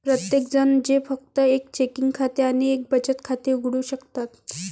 प्रत्येकजण जे फक्त एक चेकिंग खाते आणि एक बचत खाते उघडू शकतात